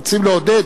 רוצים לעודד